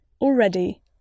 Already